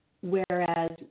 whereas